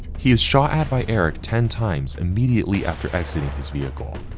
he is shot at by eric ten times immediately after exiting his vehicle,